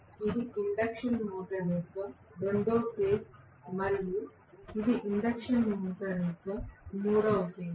ఇది induction motor యొక్క రెండవ ఫేజ్ మరియు ఇది ఇండక్షన్ మోటార్ యొక్క మూడవ ఫేజ్